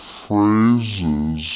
phrases